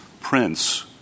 Prince